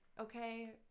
Okay